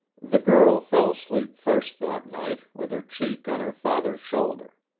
the girl fell asleep first that night, with her cheek on her father's shoulder.